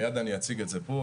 מייד אני אציג את זה פה.